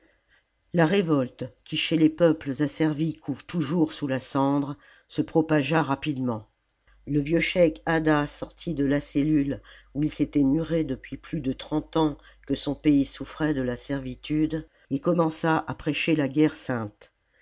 la révolte qui chez les peuples asservis couve toujours sous la cendre se propagea rapidement le vieux cheik haddah sortit de la cellule où il s'était muré depuis plus de trente ans que son pays souffrait de la servitude et commença à prêcher la guerre sainte